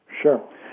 Sure